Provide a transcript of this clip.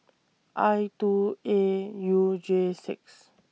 I two A U J six